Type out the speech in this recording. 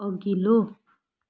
अघिल्लो